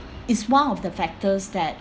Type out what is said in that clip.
is one of the factors that